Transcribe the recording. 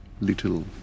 little